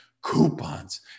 coupons